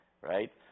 Right